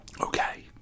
Okay